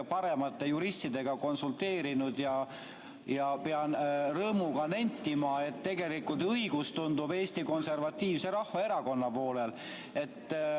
paremate juristidega konsulteerinud, ja pean rõõmuga nentima, et tegelikult õigus tundub olevat Eesti Konservatiivse Rahvaerakonna poolel.